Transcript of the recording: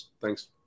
Thanks